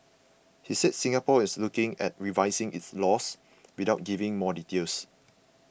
he said Singapore is looking at revising its laws without giving more details